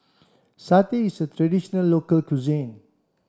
satay is a traditional local cuisine